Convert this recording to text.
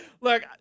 Look